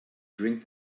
drink